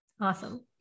Awesome